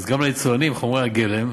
אז גם ליצואנים חומרי הגלם